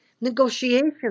negotiations